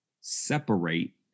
separate